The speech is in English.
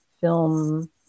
film